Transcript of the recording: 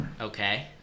Okay